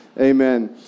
Amen